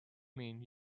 mean